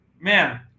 Man